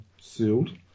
sealed